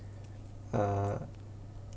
err